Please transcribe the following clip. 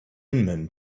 inman